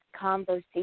conversation